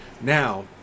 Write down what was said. Now